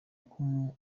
ukuntu